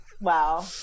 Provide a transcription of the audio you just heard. Wow